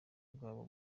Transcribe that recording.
bwabo